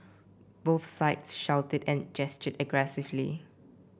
both sides shouted and gestured aggressively